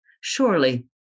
surely